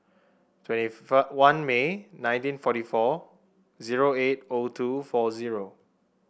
twenty one May nineteen forty four zero eight O two four zero